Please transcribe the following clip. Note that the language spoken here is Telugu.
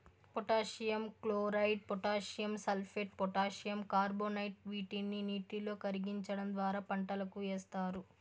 potassium chloride, potassium sulphate, potassium carbonate వీటిని నీటిలో కరిగించడం ద్వారా పంటలకు ఏస్తారు